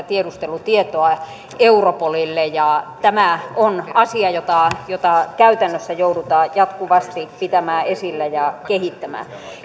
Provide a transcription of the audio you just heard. tiedustelutietoa europolille ja tämä on asia jota jota käytännössä joudutaan jatkuvasti pitämään esillä ja kehittämään